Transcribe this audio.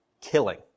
killing